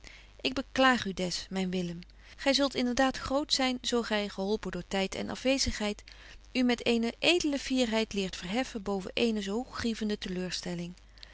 ik beklaag u des myn willem gy zult inderdaad groot zyn zo gy geholpen door tyd en afwezenheid u met eene edele fierheid leert verheffen boven eene zo grievende teleurstelling